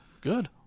good